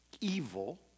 evil